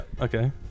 okay